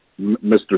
Mr